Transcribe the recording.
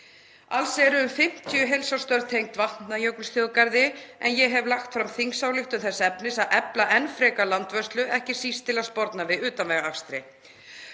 Alls eru 50 heilsársstörf tengd Vatnajökulsþjóðgarði en ég hef lagt fram þingsályktunartillögu þess efnis að efla enn frekar landvörslu, ekki síst til að sporna við utanvegaakstri.